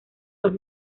los